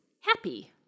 happy